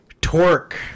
torque